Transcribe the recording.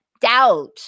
doubt